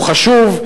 הוא חשוב.